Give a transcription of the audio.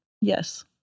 yes